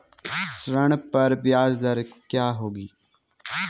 ऋण पर ब्याज दर क्या होगी?